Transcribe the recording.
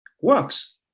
works